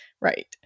Right